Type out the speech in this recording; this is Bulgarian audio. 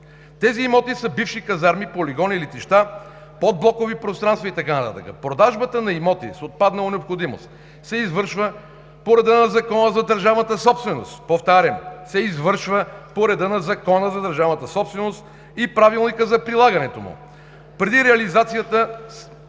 Тези имоти са бивши казарми, полигони, летища, подблокови пространства и така нататък. Продажбата на имоти с отпаднала необходимост се извършва по реда на Закона за държавната собственост – повтарям: се извършва по